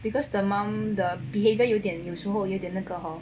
because the mum the behavior 有点有时候有点那个 hor